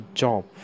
job